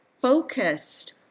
focused